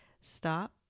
stop